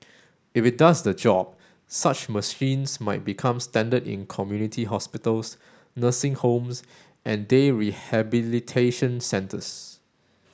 if it does the job such machines might become standard in community hospitals nursing homes and day rehabilitation centres